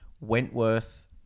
Wentworth